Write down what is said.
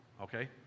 okay